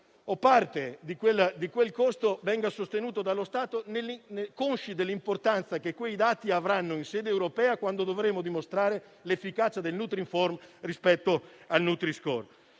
o parte di quel costo venga sostenuto dallo Stato, consci dell'importanza che quei dati avranno in sede europea quando dovremo dimostrare l'efficacia del nutrinform rispetto al nutri-score.